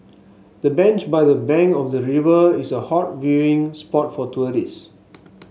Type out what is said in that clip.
the bench by the bank of the river is a hot viewing spot for tourists